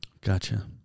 Gotcha